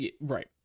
Right